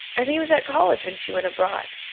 and he was at college when she went abroad.